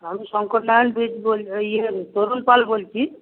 আমি শঙ্কর নারায়ন বিদ ইয়ে তরুন পাল বলছি